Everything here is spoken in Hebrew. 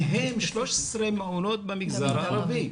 מהם 13 מעונות במגזר הערבי.